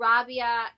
Rabia